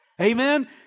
Amen